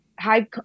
high